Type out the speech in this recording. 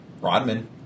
Rodman